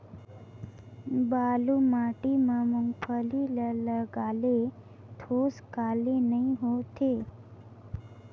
बालू माटी मा मुंगफली ला लगाले ठोस काले नइ होथे?